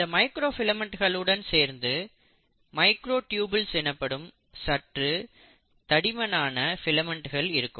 இந்த மைக்ரோ ஃபிலமெண்ட்களுடன் சேர்ந்து மைக்ரோடியுபுல்ஸ் எனப்படும் சற்று தடிமனான ஃபிலமெண்ட்களும் இருக்கும்